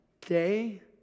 day